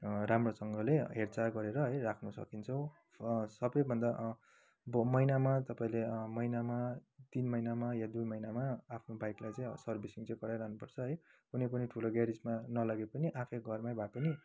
राम्रोसँगले हेरचाह गरेर है राख्न सकिन्छ सबैभन्दा अब महिनामा तपाईँले महिनामा तिन महिनामा या दुई महिनामा आफ्नो बाइकलाई चाहिँ अब सर्विसिङ चाहिँ गराइराख्नु गर्छ है कुनै पनि ठुलो ग्यारेजमा नलगे पनि आफै घरमा भए पनि